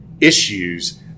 issues